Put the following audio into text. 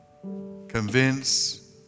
convince